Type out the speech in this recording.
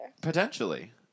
Potentially